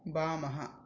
वामः